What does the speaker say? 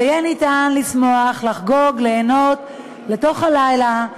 ויהיה ניתן לשמוח, לחגוג, ליהנות לתוך הלילה.